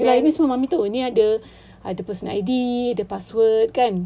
ni semua mummy tahu ni ada ada personal I_D ada password kan